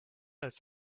als